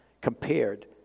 compared